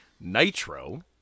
Nitro